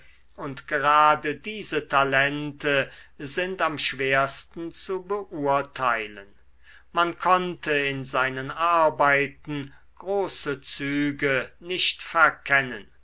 und gerade diese talente sind am schwersten zu beurteilen man konnte in seinen arbeiten große züge nicht verkennen